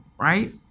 right